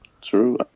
True